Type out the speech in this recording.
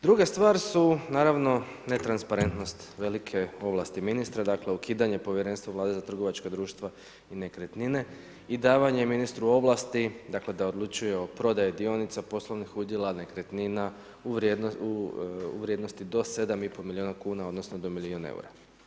Druga stvar su naravno netransparentnost velike ovlasti ministra, dakle ukidanje Povjerenstva Vlade za trgovačka društva i nekretnine i davanje ministru ovlasti dakle da odlučuje o prodaji dionica, poslovnih udjela, nekretnina u vrijednosti do 7 i pol milijuna kuna odnosno do milijun eura.